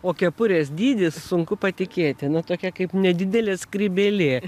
o kepurės dydis sunku patikėti na tokia kaip nedidelė skrybėlė